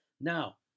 Now